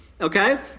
okay